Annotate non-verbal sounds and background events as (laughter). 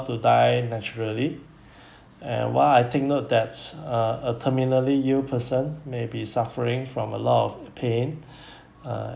to die naturally (breath) and while I take note that's uh a terminally ill person may be suffering from a lot of pain (breath) uh